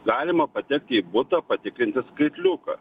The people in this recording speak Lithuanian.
galima patekti į butą patikrinti skaitliuką